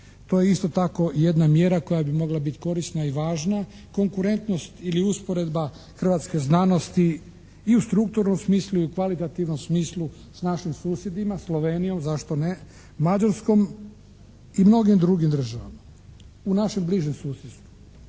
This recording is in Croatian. to je isto tako jedna mjera koja bi mogla biti korisna i važna. Konkurentnost ili usporedba hrvatske znanosti i u strukturnom smislu i u kvalitativnom smislu s našim susjedima, Slovenijom, zašto ne, Mađarskom i mnogim drugim državama. U našem bližem susjedstvu.